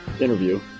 interview